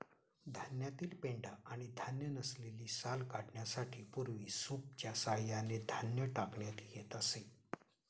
धान्यातील पेंढा आणि धान्य नसलेली साल काढण्यासाठी पूर्वी सूपच्या सहाय्याने धान्य टाकण्यात येत असे